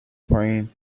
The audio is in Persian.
پایین